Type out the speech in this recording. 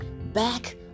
back